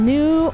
New